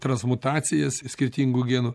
transmutacijas skirtingų genų